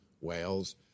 Wales